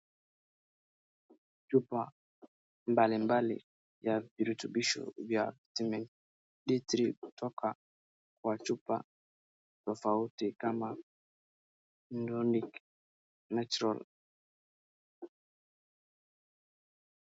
Chupa mbalimbali ya virutubisho vya vitamin D3 kutoka chupa tofauti kama nordic naturals .